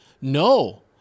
No